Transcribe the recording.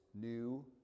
new